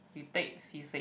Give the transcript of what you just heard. retake C six